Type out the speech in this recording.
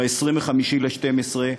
ב-25 בדצמבר,